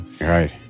Right